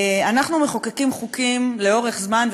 אנחנו מחוקקים חוקים לאורך זמן,